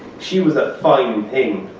she was ah fine thing,